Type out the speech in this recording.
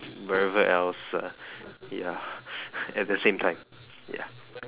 wherever else ah ya at the same time ya